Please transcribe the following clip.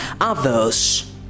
others